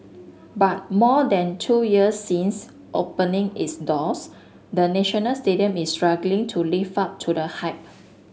but more than two years since opening its doors the National Stadium is struggling to live up to the hype